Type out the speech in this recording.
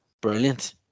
brilliant